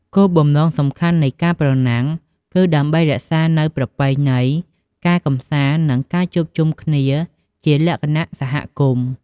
គោលបំណងសំខាន់នៃការប្រណាំងគឺដើម្បីរក្សានូវប្រពៃណី ការកម្សាន្ត និងការជួបជុំគ្នាជាលក្ខណៈសហគមន៍។